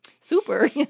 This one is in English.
Super